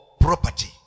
property